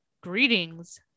Greetings